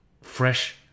fresh